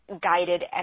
guided